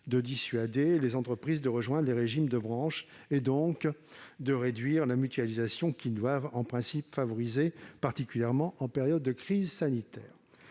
de dissuader les entreprises de rejoindre les régimes de branche, et donc de réduire la mutualisation qu'ils doivent en principe favoriser, particulièrement en période de crise sanitaire.